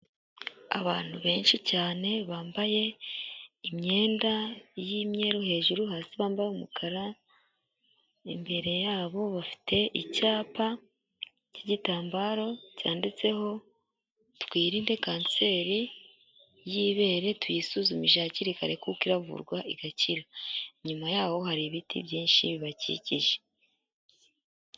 Abantu benshi cyane bambaye imyenda y'imyeru hejuru, hasi bambaye umukara, imbere yabo bafite icyapa cy'igitambaro cyanditseho, twirinde kanseri y'ibere, tuyisuzumisha hakiri kare kuko kuko iravurwa igakira, inyuma y'aho hari ibiti byinshi bibakikije.